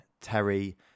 terry